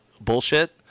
bullshit